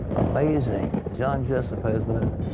amazing. john jessup has that.